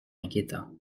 inquiétant